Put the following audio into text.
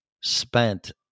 spent